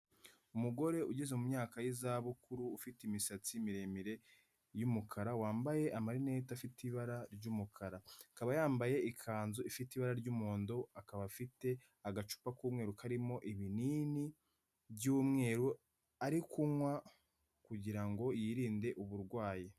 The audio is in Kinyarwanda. Umugore ugeze mu myaka y'izabukuru, ufite imisatsi miremire y'umukara, wambaye amarinete afite ibara ry'umukara. Akaba yambaye ikanzu ifite ibara ry'umuhondo, akaba afite agacupa k'umweru karimo ibinini by'umweru, ari kunywa, kugira ngo yirinde uburwayi.